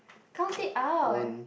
count it out